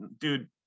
dude